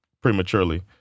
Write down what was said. prematurely